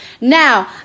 Now